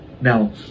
Now